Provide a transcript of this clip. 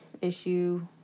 issue